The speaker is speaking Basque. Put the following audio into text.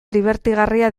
dibertigarria